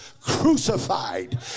crucified